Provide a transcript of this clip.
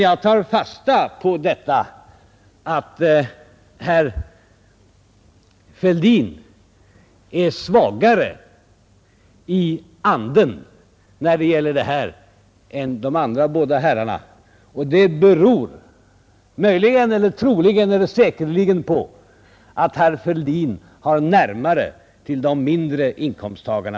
Jag tar emellertid fasta på att herr Fälldin i det här fallet är svagare i anden än de andra båda herrarna. Det beror möjligen eller troligen eller säkerligen på att herr Fälldin har närmare till de mindre inkomsttagarna.